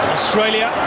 Australia